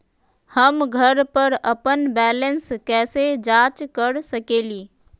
हम घर पर अपन बैलेंस कैसे जाँच कर सकेली?